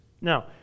Now